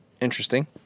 Interesting